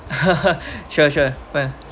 sure sure